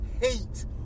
Hate